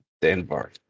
Denmark